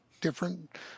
different